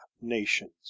nations